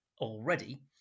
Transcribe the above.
already